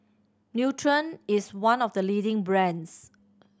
Nutren is one of the leading brands